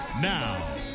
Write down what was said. Now